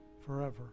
forever